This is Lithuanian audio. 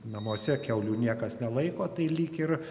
namuose kiaulių niekas nelaiko tai lyg ir